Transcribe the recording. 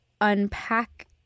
unpack